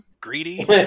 Greedy